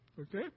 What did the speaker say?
Okay